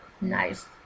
nice